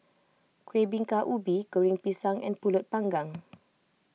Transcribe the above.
Kueh Bingka Ubi Goreng Pisang and Pulut Panggang